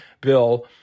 bill